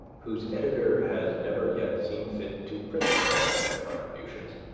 whose editor has never yet seen fit to print the bulk of my contributions,